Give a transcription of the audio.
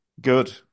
good